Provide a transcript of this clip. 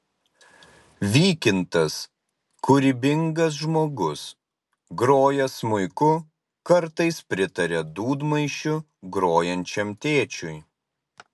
vykintas kūrybingas žmogus groja smuiku kartais pritaria dūdmaišiu grojančiam tėčiui